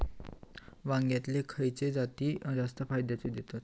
वांग्यातले खयले जाती जास्त फायदो देतत?